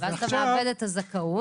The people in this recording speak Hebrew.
-- ואז אתה מאבד את הזכאות.